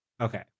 Okay